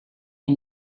een